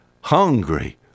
hungry